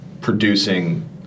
producing